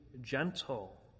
gentle